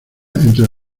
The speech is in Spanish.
entre